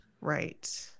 right